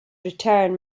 return